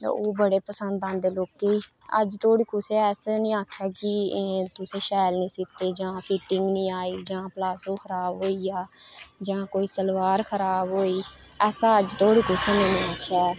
ते ओह् बड़े पसंद आंदे लोकें ई अज्ज धोड़ी कुसै असें ई निं आक्खेआ कि तुस शैल निं सीते दे जां ढिल्ली आई जां प्लाजो खराब होई गेआ जां कोई सलवार खराब होई ऐसा अज्ज तोड़ी कुसै नै निं आक्खेआ ऐ